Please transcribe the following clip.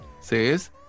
says